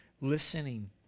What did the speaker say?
listening